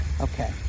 okay